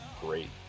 great